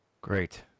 Great